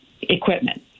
equipment